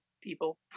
people